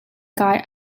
kai